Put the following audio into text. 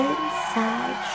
Inside